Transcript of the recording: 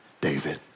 David